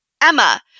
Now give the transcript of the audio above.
Emma